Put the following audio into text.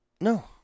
No